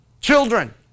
Children